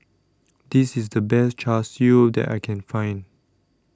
This IS The Best Char Siu that I Can Find